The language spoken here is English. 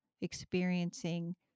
experiencing